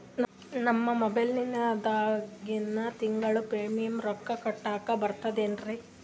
ನಮ್ಮ ಮೊಬೈಲದಾಗಿಂದ ತಿಂಗಳ ಪ್ರೀಮಿಯಂ ರೊಕ್ಕ ಕಟ್ಲಕ್ಕ ಬರ್ತದೇನ್ರಿ?